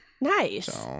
Nice